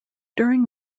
during